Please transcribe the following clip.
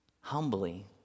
humbly